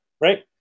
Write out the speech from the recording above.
Right